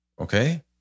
Okay